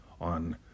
on